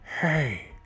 Hey